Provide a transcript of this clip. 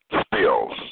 spills